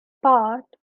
part